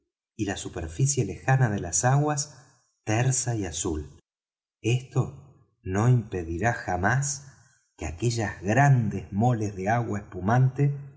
y la superficie lejana de las aguas tersa y azul esto no impedirá jamás que aquellas grandes moles de agua espumante